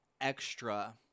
extra